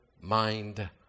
mind